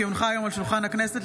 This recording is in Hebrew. כי הונחה היום על שולחן הכנסת,